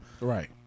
Right